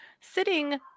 Sitting